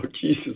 Jesus